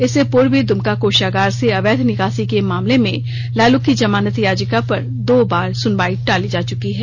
इससे पूर्व भी दमका कोषागार से अवैध निकासी के मामले में लालू की जमानत याचिका पर दो बार सुनवाई टाली जा चुकी है